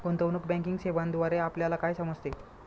गुंतवणूक बँकिंग सेवांद्वारे आपल्याला काय समजते?